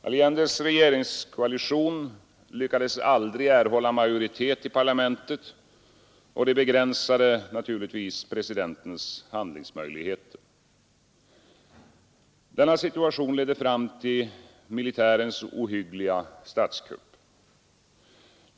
Allendes regeringskoalition lyckades aldrig erhålla majoritet i parlamentet, och det begränsade naturligtvis presidentens handlingsmöjligheter. Denna situation ledde fram till militärens ohyggliga statskupp.